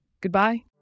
Goodbye